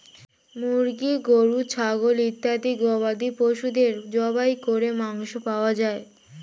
মুরগি, গরু, ছাগল ইত্যাদি গবাদি পশুদের জবাই করে মাংস পাওয়া যায়